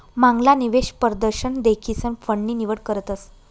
मांगला निवेश परदशन देखीसन फंड नी निवड करतस